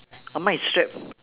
uh mine is strapped